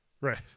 Right